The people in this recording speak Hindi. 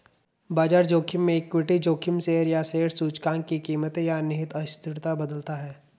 बाजार जोखिम में इक्विटी जोखिम शेयर या शेयर सूचकांक की कीमतें या निहित अस्थिरता बदलता है